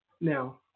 Now